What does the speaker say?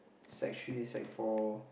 sec three sec four